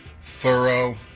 thorough